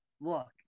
look